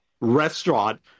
restaurant